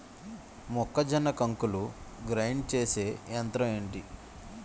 మొక్కజొన్న కంకులు గ్రైండ్ చేసే యంత్రం ఏంటి?